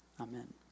amen